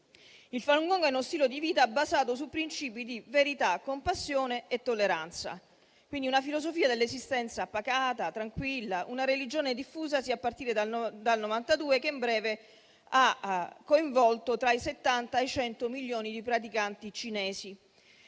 Il Falun Gong è uno stile di vita basato su princìpi di verità, compassione e tolleranza, quindi una filosofia dell'esistenza pacata e tranquilla; una religione diffusasi a partire dal 1992, che in breve ha coinvolto tra i 70 e i 100 milioni di praticanti cinesi.